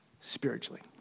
spiritually